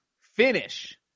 finish